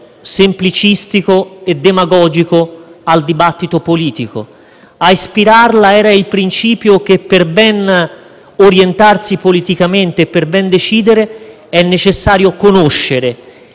semplicistico e demagogico al dibattito politico. A ispirarla era il principio che per ben orientarsi politicamente e ben decidere è necessario conoscere;